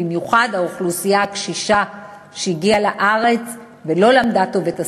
במיוחד האוכלוסייה הקשישה שהגיעה לארץ ולא למדה היטב את השפה.